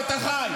איפה אתה חי?